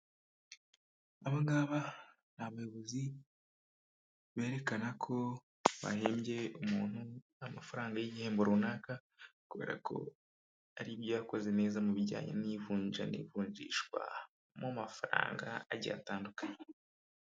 Abagaba ni abayobozi berekana ko bahembye umuntu amafaranga y'igihembo runaka kubera ko aribyo yakoze neza mu bijyanye n'ivunja n'ivunjishwa mu mafaranga agiye atandukanye.